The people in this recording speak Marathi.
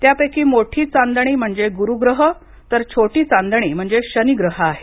त्यांपैकी मोठी चांदणी म्हणजे गुरु ग्रह तर छोटी चांदणी म्हणजे शनि ग्रह आहे